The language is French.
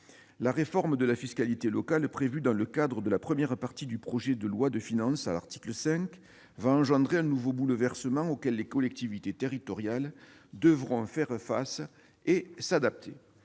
La réforme de la fiscalité locale prévue dans le cadre de la première partie du projet de loi de finances, à l'article 5, va engendrer un nouveau bouleversement auquel les collectivités territoriales devront faire face et s'adapter.